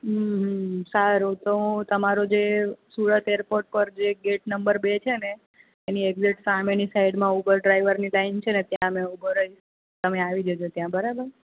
હમ હમ સારું તો હું તમારો જે સુરત એરપોટ પર જે ગેટ નંબર બે છે ને એની એક્ઝેટ સામેની સાઈડમાં ઉબર ડ્રાઇવરની લાઇન છે ને ત્યાં મેં ઉભો રહીશ તમે આવી જજો ત્યાં બરાબર